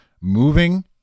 moving